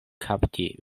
kapti